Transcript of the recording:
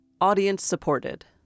audience-supported